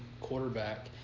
quarterback